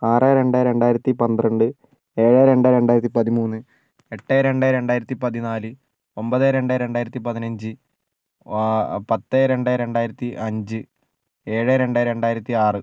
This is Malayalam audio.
ആറ് രണ്ട് രണ്ടായിരത്തി പന്ത്രണ്ട് ഏഴ് രണ്ട് രണ്ടായിരത്തി പതിമൂന്ന് എട്ട് രണ്ട് രണ്ടായിരത്തി പതിനാല് ഒൻപത് രണ്ട് രണ്ടായിരത്തി പതിനഞ്ച് പത്ത് രണ്ട് രണ്ടായിരത്തി അഞ്ച് ഏഴ് രണ്ട് രണ്ടായിരത്തി ആറ്